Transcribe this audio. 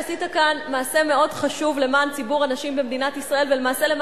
עשית כאן מעשה מאוד חשוב למען ציבור הנשים במדינת ישראל,